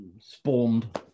spawned